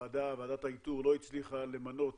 ועדת האיתור לא הצליחה למנות